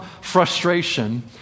frustration